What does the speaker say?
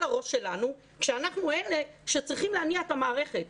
הראש שלנו כשאנחנו אלה שצריכים להניע את המערכת.